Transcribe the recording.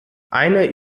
eine